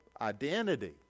identity